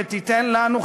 שתיתן לנו,